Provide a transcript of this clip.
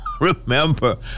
remember